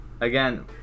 again